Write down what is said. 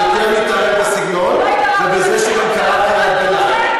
אני יכול להתערב בסגנון ובזה שגם קראת גם עלי גנאי.